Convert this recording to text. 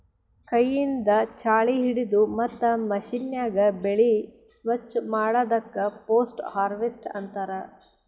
ಕೈಯಿಂದ್ ಛಾಳಿ ಹಿಡದು ಮತ್ತ್ ಮಷೀನ್ಯಾಗ ಬೆಳಿ ಸ್ವಚ್ ಮಾಡದಕ್ ಪೋಸ್ಟ್ ಹಾರ್ವೆಸ್ಟ್ ಅಂತಾರ್